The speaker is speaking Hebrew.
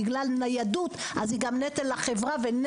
בפריפריה בנושא השבתת הרכבות בדרום בערבים ובסופי שבוע.